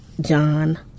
John